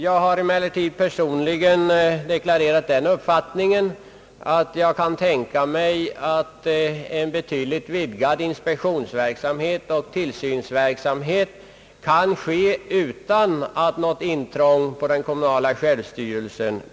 Jag har emellertid deklarerat att jag kan tänka mig en betydligt vidgad inspektionsoch tillsynsverksamhet utan att detta behöver innebära något intrång i den kommunala självstyrelsen.